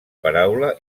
paraula